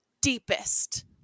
deepest